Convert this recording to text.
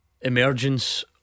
Emergence